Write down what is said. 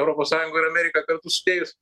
europos sąjungą ir ameriką kartu sudėjus